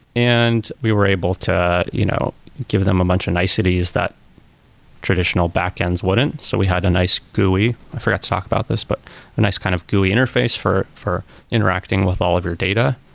and we were able to you know give them a bunch of niceties that traditional backends wouldn't. so we had a nice gui. i forgot to talk about this, but a nice kind of gui interface for for interacting with all of your data,